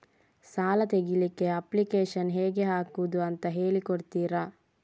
ಸಾಲ ತೆಗಿಲಿಕ್ಕೆ ಅಪ್ಲಿಕೇಶನ್ ಹೇಗೆ ಹಾಕುದು ಅಂತ ಹೇಳಿಕೊಡ್ತೀರಾ?